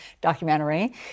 documentary